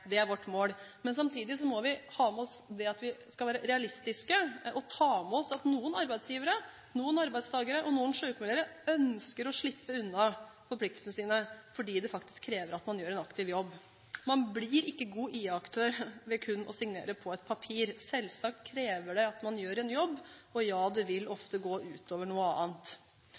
Det er vårt mål. Samtidig må vi ha med oss at vi skal være realistiske, og ta med oss at noen arbeidsgivere, noen arbeidstakere og noen sykmeldere ønsker å slippe unna forpliktelsene sine fordi det faktisk krever at man gjør en aktiv jobb. Man blir ikke en god IA-aktør ved kun å signere et papir. Selvsagt krever det at man gjør en jobb, og ja – det vil ofte gå ut over noe annet.